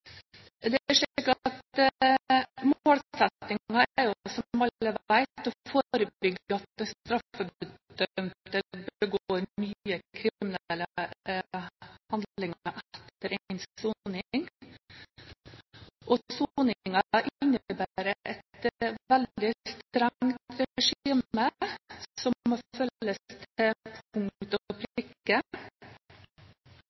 Som alle vet, er målsettingen å forebygge at straffedømte begår nye kriminelle handlinger etter endt soning, og soningen innebærer et veldig strengt regime som må følges til punkt